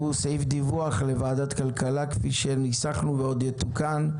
שהוא סעיף דיווח לוועדת הכלכלה כפי שניסחנו ועוד יתוקן?